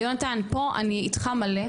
יהונתן פה אני איתך מלא,